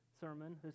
sermon